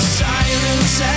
silence